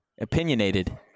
Opinionated